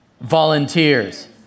volunteers